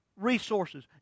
resources